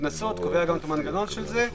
קנסות וקובע גם את המנגנון של זה.